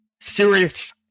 serious